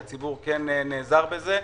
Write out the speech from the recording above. שהציבור נעזר בזה,